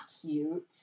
cute